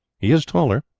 he is taller,